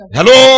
Hello